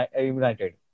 united